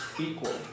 equal